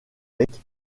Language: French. centre